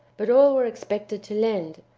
but all were expected to lend,